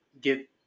get